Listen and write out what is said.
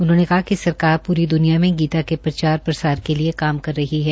उन्होंने कहा कि सरकार पूरी द्वनिया में गीता के प्रचार प्रसार के लिए काम कर रही है